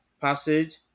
passage